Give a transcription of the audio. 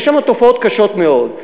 יש שם תופעות קשות מאוד.